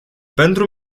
pentru